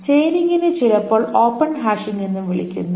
ചെയിനിംഗിനെ ചിലപ്പോൾ open hashing എന്നും വിളിക്കുന്നു